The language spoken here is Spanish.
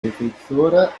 defensora